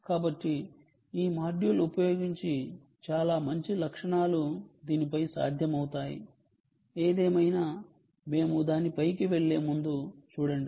కాబట్టి ఈ మాడ్యూల్ ఉపయోగించి చాలా మంచి లక్షణాలు దీనిపై సాధ్యమవుతాయి ఏదేమైనా మేము దానిపైకి వెళ్ళే ముందు చూడండి